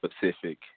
Pacific